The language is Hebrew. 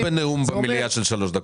אתה לא בנאום במליאה של שלוש דקות.